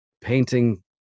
painting